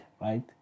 right